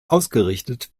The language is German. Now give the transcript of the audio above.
ausgerichtet